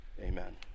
Amen